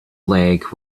leg